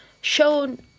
shown –